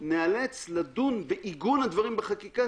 ניאלץ לדון בעיגון הדברים בחקיקה,